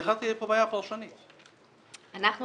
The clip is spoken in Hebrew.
כי אחרת תהיה פה בעיה פרשנית.